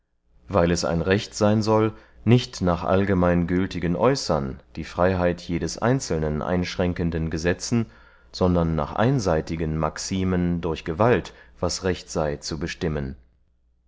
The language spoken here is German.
weil es ein recht seyn soll nicht nach allgemein gültigen äußern die freyheit jedes einzelnen einschränkenden gesetzen sondern nach einseitigen maximen durch gewalt was recht sey zu bestimmen